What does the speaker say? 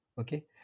okay